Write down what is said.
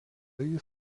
jis